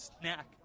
snack